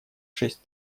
шесть